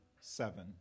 seven